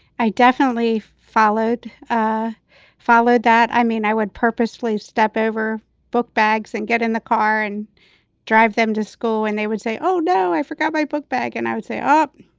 i definitely followed. i followed that. i mean, i would purposely step over bookbags and get in the car and drive them to school. and they would say, oh, no, i forgot my book bag. and i would say, up,